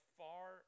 far